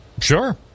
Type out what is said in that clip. Sure